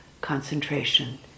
concentration